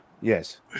Yes